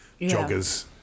joggers